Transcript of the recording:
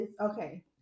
okay